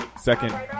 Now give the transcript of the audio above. Second